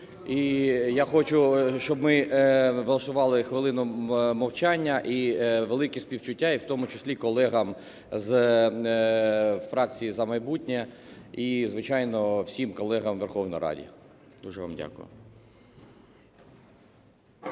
я хочу, щоб ми влаштували хвилину мовчання і велике співчуття, і в тому числі колегам з фракції "За майбутнє", і, звичайно, всім колегам у Верховній Раді. Дуже вам дякую.